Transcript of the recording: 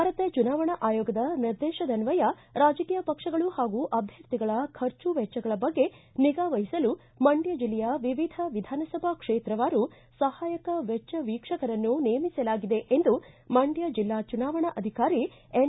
ಭಾರತ ಚುನಾವಣಾ ಆಯೋಗದ ನಿರ್ದೇತದನ್ವಯ ರಾಜಕೀಯ ಪಕ್ಷಗಳು ಹಾಗೂ ಅಭ್ಯರ್ಥಿಗಳ ಖರ್ಚು ವೆಚ್ಚಗಳ ಬಗ್ಗೆ ನಿಗಾ ವಹಿಸಲು ಮಂಡ್ಕ ಜಿಲ್ಲೆಯ ವಿವಿಧ ವಿಧಾನಸಭಾ ಕ್ಷೇತ್ರವಾರು ಸಹಾಯಕ ವೆಚ್ಚ ವೀಕ್ಷಕರನ್ನು ನೇಮಿಸಲಾಗಿದೆ ಎಂದು ಮಂಡ್ಯ ಜೆಲ್ಲಾ ಚುನಾವಣಾಧಿಕಾರಿ ಎನ್